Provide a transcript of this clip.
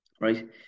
right